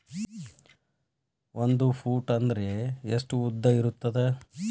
ಒಂದು ಫೂಟ್ ಅಂದ್ರೆ ಎಷ್ಟು ಉದ್ದ ಇರುತ್ತದ?